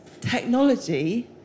technology